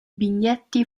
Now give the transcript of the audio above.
biglietti